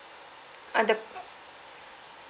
ah the